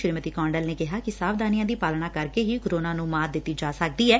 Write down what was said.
ਸ੍ਰੀਮਤੀ ਕੌਂਡਲ ਨੇ ਕਿਹਾ ਕਿ ਸਾਵਧਾਨੀਆ ਦੀ ਪਾਲਣਾ ਕਰ ਕੇ ਹੀ ਕੋਰੋਨਾ ਨੂੰ ਮਾਤ ਦਿੱਤੀ ਜਾ ਸਕਦੀ ਐ